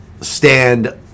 stand